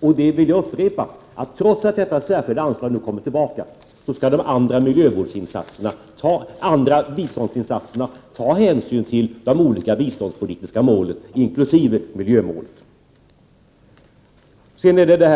Jag vill upprepa, att trots att detta särskilda anslag nu kommer tillbaka skall det i de övriga biståndsinsatserna tas hänsyn till de olika biståndspolitiska målen, inkl. miljömålet.